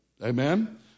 Amen